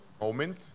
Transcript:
moment